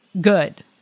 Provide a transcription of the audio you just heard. good